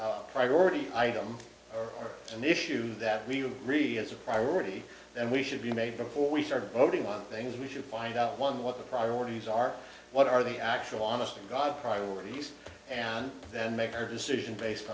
a priority item or an issue that we really it's a priority and we should be made before we start voting on things we should find out one what the priorities are what are the actual honest to god priorities and then make their decision based